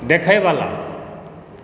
देखयवला